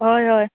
अय अय